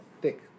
thick